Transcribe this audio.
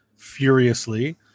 furiously